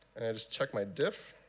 just check my diff,